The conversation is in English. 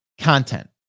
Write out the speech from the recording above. content